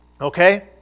Okay